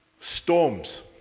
Storms